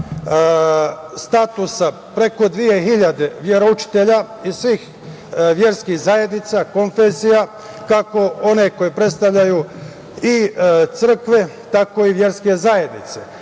statusa preko 2.000 veroučitelja iz svih verskih zajednica, konfesija, kako one koje predstavljaju i crkve, tako i verske zajednice.